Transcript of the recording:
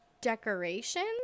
decorations